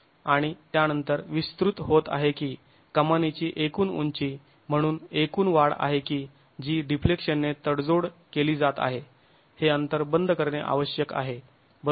आणि त्यानंतर विस्तृत होत आहे की कमानीची एकूण उंची म्हणून एकूण वाढ आहे की जी डिफ्लेक्शन ने तडजोड केली जात आहे हे अंतर बंद करणे आवश्यक आहे बरोबर